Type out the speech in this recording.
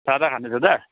सादा खाँदैछ त